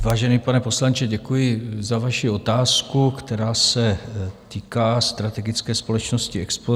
Vážený pane poslanče, děkuji za vaši otázku, která se týká strategické společnosti Explosia.